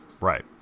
Right